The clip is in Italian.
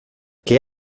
che